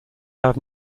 have